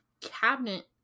cabinet